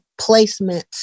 placements